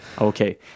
Okay